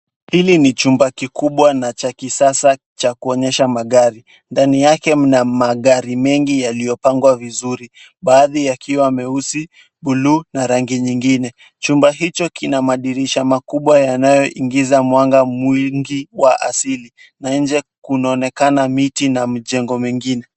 Hili ni chumba kikubwa na cha kisasa cha kuonyesha magari. Ndani yake mna magari mengi yaliyopangwa vizuri, baadhi yakiwa meusi, buluu na rangi nyingine. Chumba hicho kina madirisha makubwa yanayoingiza mwanga mwingi wa asili na nje kunaonekana miti na mijengo mingine.